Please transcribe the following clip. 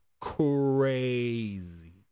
crazy